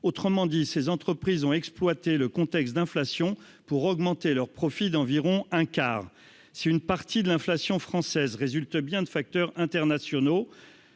autrement dit, ces entreprises ont exploité le contexte d'inflation pour augmenter leurs profits d'environ un quart si une partie de l'inflation française résulte bien de facteurs internationaux